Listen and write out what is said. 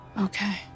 Okay